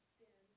sin